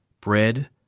bread